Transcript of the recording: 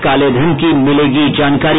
कालेधन की मिलेगी जानकारी